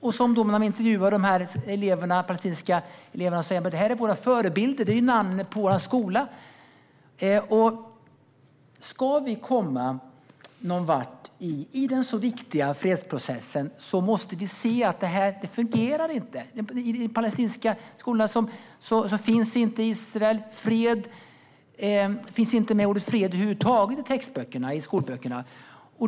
När man intervjuar de palestinska eleverna säger de: Det här är ju våra förebilder. Det är namnet på vår skola. Ska vi komma någon vart i den så viktiga fredsprocessen måste man se att det inte fungerar. I den palestinska skolan nämns inte Israel och fred över huvud taget i läroböckerna.